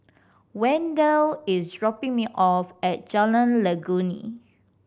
Wendell is dropping me off at Jalan Legundi